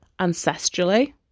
ancestrally